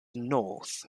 north